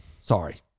Sorry